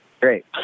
great